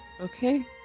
Okay